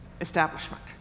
establishment